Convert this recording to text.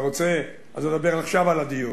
חבר הכנסת, אתה רוצה, אז נדבר עכשיו על הדיור.